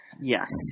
Yes